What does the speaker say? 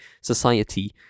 Society